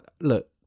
look